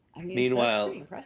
Meanwhile